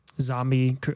zombie